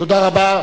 תודה רבה.